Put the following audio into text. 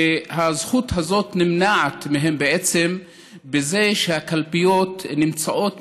שהזכות הזאת נמנעת מהם בזה שהקלפיות נמצאות